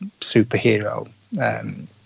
superhero